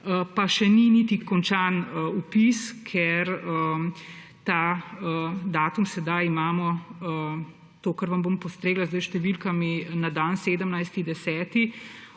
Pa še ni niti končan vpis, ker ta datum sedaj imamo, to, kar vam bom postregla zdaj s številkami na dan 17.